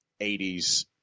80s